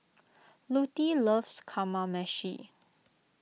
Lutie loves Kamameshi